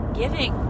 giving